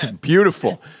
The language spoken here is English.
Beautiful